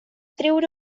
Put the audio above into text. treure